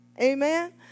Amen